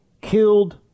killed